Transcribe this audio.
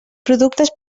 productes